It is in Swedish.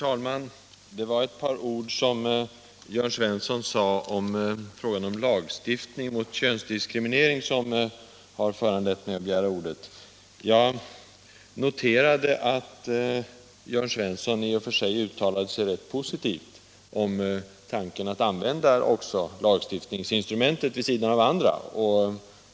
Herr talman! Ett par ord av Jörn Svensson om lagstiftning mot könsdiskriminering har föranlett mig att begära ordet. Jag noterade att Jörn Svensson i och för sig uttalade sig rätt positivt om tanken att använda också lagstiftningsinstrumentet vid sidan av andra medel.